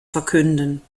verkünden